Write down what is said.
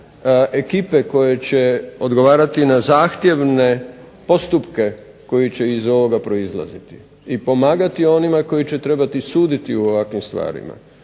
ekipe koje će odgovarati na zahtjevne postupke koji će iz ovoga proizlaziti i pomagati onima koji će trebati suditi u ovakvim stvarima.